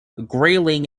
grayling